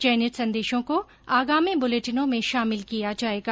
चयनित संदेशों को आगामी ब्रलेटिनों में शामिल किया जाएगा